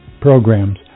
programs